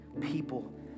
people